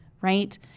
right